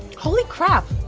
holy crap,